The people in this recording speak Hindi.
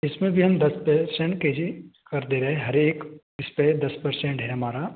इसमें भी हम दस पर्सेंट के जी कर दे रहे हैं हर एक इस पर दस पर्सेंट है हमारा